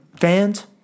fans